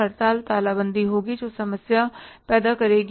हड़ताल तालाबंदी होगी जो समस्या पैदा करेगी